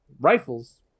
Rifles